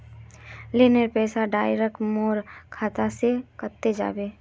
लोनेर पैसा डायरक मोर खाता से कते जाबे?